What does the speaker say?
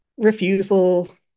refusal